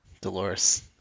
Dolores